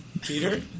Peter